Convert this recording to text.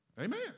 Amen